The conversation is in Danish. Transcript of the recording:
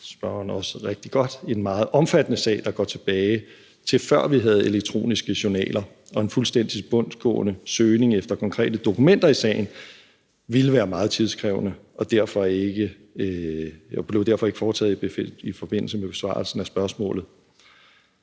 spørgeren også rigtig godt, en meget omfattende sag, der går tilbage til, før vi havde elektroniske journaler, og en fuldstændig tilbundsgående søgning efter konkrete dokumenter i sagen ville være meget tidskrævende og blev derfor ikke foretaget i forbindelse med besvarelsen af spørgsmålet.